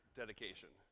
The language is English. dedication